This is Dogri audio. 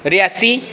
रियासी